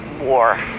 war